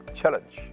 challenge